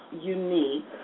unique